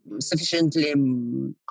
sufficiently